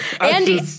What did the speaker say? Andy